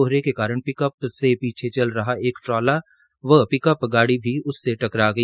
कोहरे के कारण पिकअप से पीछे चल रहा एक ट्राला व पिकअप गाड़ी भी उससे टकरा गई